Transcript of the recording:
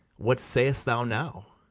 what say'st thou now?